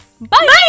Bye